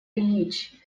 ильич